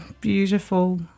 beautiful